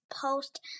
post